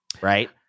right